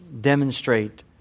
demonstrate